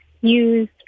use